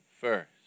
first